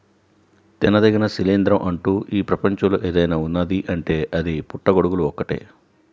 తినదగిన శిలీంద్రం అంటూ ఈ ప్రపంచంలో ఏదైనా ఉన్నదీ అంటే అది పుట్టగొడుగులు ఒక్కటే